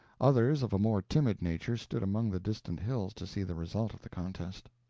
others, of a more timid nature, stood among the distant hills to see the result of the contest.